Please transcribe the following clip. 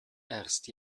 erst